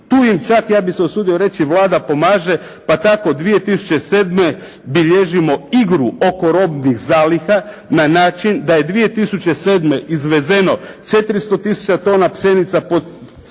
tu im čak, ja bih se usudio reći, Vlada pomaže pa tako 2007. bilježimo igru oko robnih zaliha na način da je 2007. izvezeno 400 tisuća tona pšenice po cijeni